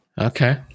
Okay